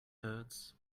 hurts